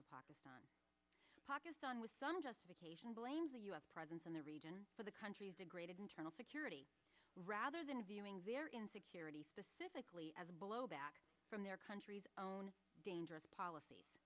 of pakistan with some justification blames the us presence in the region for the country's degraded internal security rather than viewing their insecurity specifically as blowback from their country's own dangerous policies